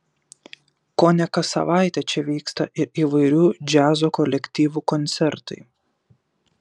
kone kas savaitę čia vyksta ir įvairių džiazo kolektyvų koncertai